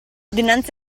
dinanzi